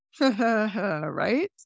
Right